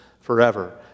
forever